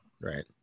right